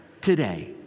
today